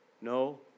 No